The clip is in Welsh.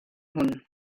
hwn